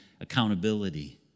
accountability